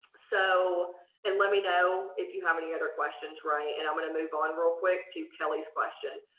so and let me know if you have any other questions right and i'm gonna move on real quick to kelly's question.